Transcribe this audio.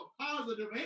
positive